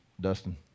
Dustin